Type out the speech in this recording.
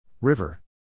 River